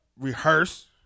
rehearse